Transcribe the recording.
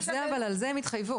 אבל על זה הם התחייבו.